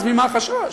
אז ממה החשש?